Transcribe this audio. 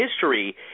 history